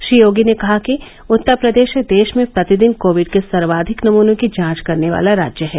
श्री योगी ने कहा कि उत्तर प्रदेश देश में प्रतिदिन कोविड के सर्वाधिक नमूनों की जांच करने वाला राज्य है